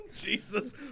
Jesus